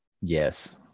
Yes